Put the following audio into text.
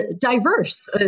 diverse